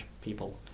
people